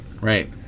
right